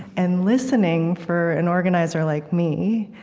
and listening, for an organizer like me,